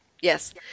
Yes